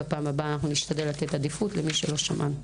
ובפעם הבאה אנחנו נשתדל לתת עדיפות למי שלא שמענו.